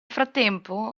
frattempo